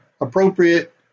appropriate